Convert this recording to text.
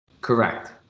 Correct